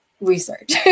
research